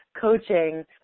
coaching